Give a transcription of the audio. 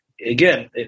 again